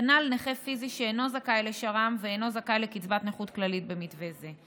כנ"ל נכה פיזי שאינו זכאי לשר"מ ואינו זכאי לקצבת נכות כללית במתווה זה.